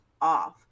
off